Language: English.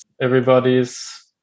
Everybody's